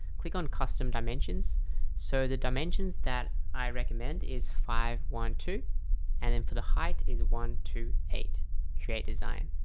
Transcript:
click on custom dimensions so the dimensions that i recommend is five one two and then for the height is one to eight create design.